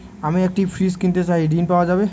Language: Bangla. আমি একটি ফ্রিজ কিনতে চাই ঝণ পাওয়া যাবে?